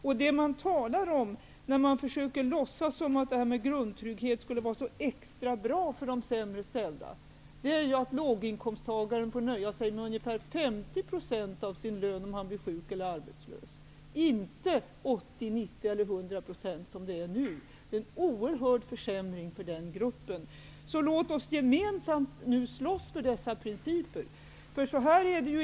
Det som man talar om när man försöker låtsas som om en grundtrygghet skulle vara så extra bra för de sämre ställda är att låginkomsttagaren får nöja sig med ungefär 50 % av sin lön, om han är sjuk eller arbetslös, inte som nu 80, 90 eller 100 %. Det är en oerhörd försämring för den gruppen. Låt oss därför nu gemensamt slåss för den här principen.